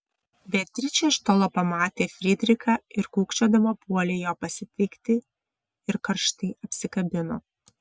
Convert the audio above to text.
beatričė iš tolo pamatė frydrichą ir kūkčiodama puolė jo pasitikti ir karštai apsikabino